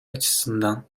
açısından